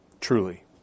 truly